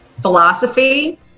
philosophy